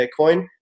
Bitcoin